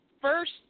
first